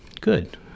Good